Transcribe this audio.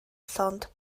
llond